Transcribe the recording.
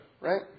right